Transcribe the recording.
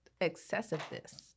excessiveness